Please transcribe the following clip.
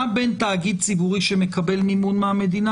מה בין תאגיד ציבורי שמקבל מימון מהמדינה